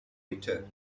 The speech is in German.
mitte